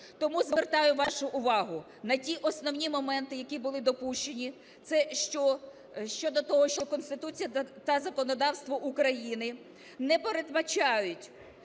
Тому звертаю вашу увагу на ті основні моменти, які були допущені, це щодо того, що Конституція та законодавство України не передбачають